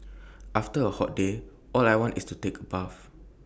after A hot day all I want is take A bath